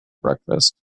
breakfast